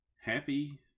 happy